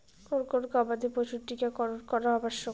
কোন কোন গবাদি পশুর টীকা করন করা আবশ্যক?